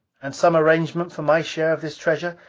and some arrangement for my share of this treasure?